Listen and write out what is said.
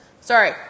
sorry